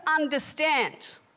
understand